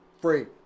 free